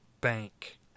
Bank